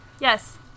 Yes